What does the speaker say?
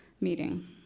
meeting